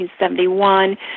1971